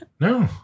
no